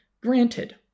granted